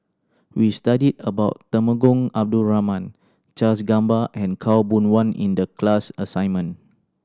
we studied about Temenggong Abdul Rahman Charles Gamba and Khaw Boon Wan in the class assignment